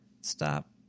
stop